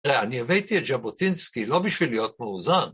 ‫אני הבאתי את ז'בוטינסקי ‫לא בשביל להיות מאוזן.